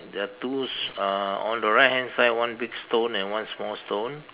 there are tools uh on the right hand side one big stone and one small stone